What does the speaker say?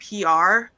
PR